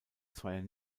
zweier